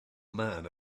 man